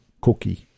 cookie